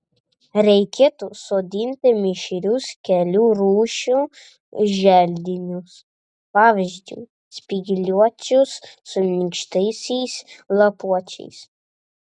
reikėtų sodinti mišrius kelių rūšių želdinius pavyzdžiui spygliuočius su minkštaisiais lapuočiais